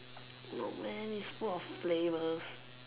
no man it's full of flavours